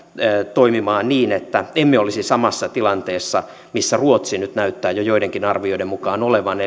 toimimaan niin että emme olisi samassa tilanteessa kuin missä ruotsi jo nyt näyttää joidenkin arvioiden mukaan olevan